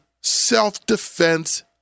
self-defense